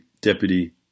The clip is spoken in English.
deputy